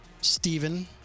Stephen